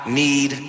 need